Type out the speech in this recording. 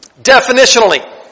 definitionally